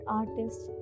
artists